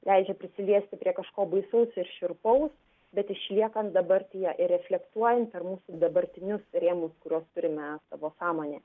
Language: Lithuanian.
leidžia prisiliesti prie kažko baisaus ir šiurpaus bet išliekant dabartyje ir reflektuojant per mūsų dabartinius rėmus kuriuos turime savo sąmonėje